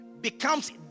becomes